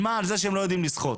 על מה, על זה שהם לא יודעים לשחות.